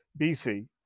BC